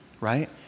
right